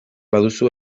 baduzu